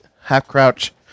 half-crouch